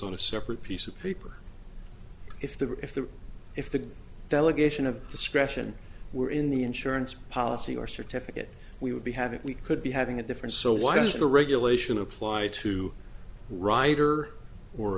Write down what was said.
on a separate piece of paper if the if the if the delegation of discretion were in the insurance policy or certificate we would be having we could be having a different so why does the regulation apply to rider or